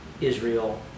Israel